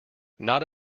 not